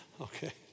Okay